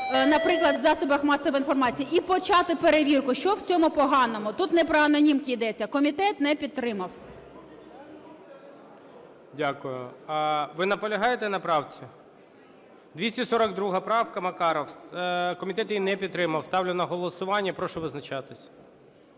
наприклад, в засобах масової інформації, і почати перевірку. Що в цьому поганого? Тут не про анонімки йдеться. Комітет не підтримав. ГОЛОВУЮЧИЙ. Дякую. Ви наполягаєте на правці? 242 правка, Макаров. Комітет її не підтримав. Ставлю на голосування і прошу визначатись.